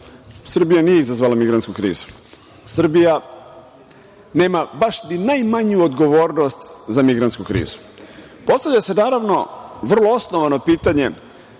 Srbija nije izazvala migrantsku krizu. Srbija nema baš ni najmanju odgovornost za migrantsku krizu. Naravno, postavlja se vrlo osnovano pitanje